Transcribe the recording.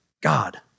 God